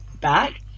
back